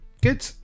good